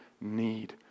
need